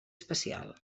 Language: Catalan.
especial